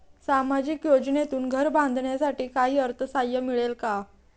सामाजिक योजनेतून घर बांधण्यासाठी काही अर्थसहाय्य मिळेल का?